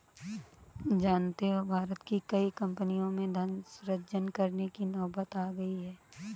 जानते हो भारत की कई कम्पनियों में धन सृजन करने की नौबत आ गई है